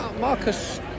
Marcus